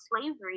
slavery